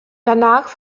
danach